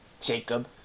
Jacob